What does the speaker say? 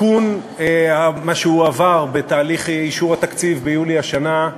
בתיקון מה שהועבר בתהליך אישור התקציב ביולי השנה,